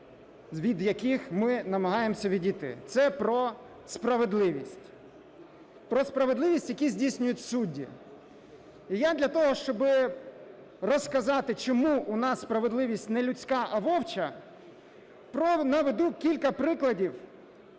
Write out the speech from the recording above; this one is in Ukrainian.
від яких ми намагаємося відійти, це про справедливість. Про справедливість, яку здійснюють судді. І я для того, щоби розказати, чому у нас справедливість не людська, а вовча, наведу кілька прикладів,